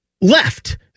left